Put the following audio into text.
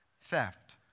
theft